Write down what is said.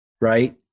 right